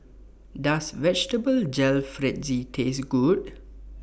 Does Vegetable Jalfrezi Taste Good